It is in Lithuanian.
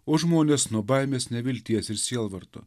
o žmonės nuo baimės nevilties ir sielvarto